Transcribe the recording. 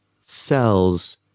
cells